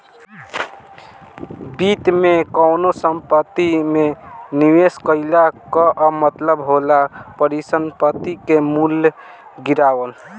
वित्त में कवनो संपत्ति में निवेश कईला कअ मतलब होला परिसंपत्ति के मूल्य गिरावल